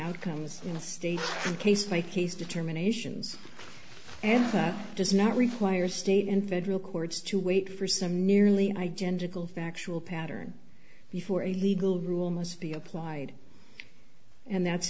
outcomes in a state case by case determinations and that does not require state and federal courts to wait for some nearly identical factual pattern before a legal rule must be applied and that's